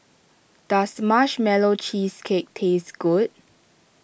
does Marshmallow Cheesecake taste good